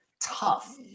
Tough